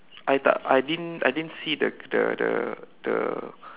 I tak I didn't I didn't see the the the the